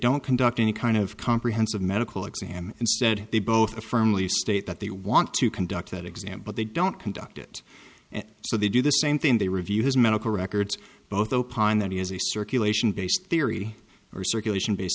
don't conduct any kind of comprehensive medical exam instead they both to firmly state that they want to conduct that exam but they don't conduct it and so they do the same thing they review his medical records both opine that he has a circulation based theory or circulation base